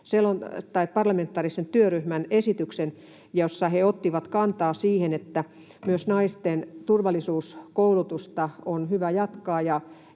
parlamentaarisen työryhmän esityksen, jossa he ottivat kantaa siihen, että myös naisten turvallisuuskoulutusta on hyvä jatkaa.